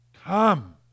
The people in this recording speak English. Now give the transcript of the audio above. come